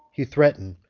he threatened,